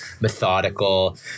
methodical